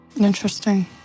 Interesting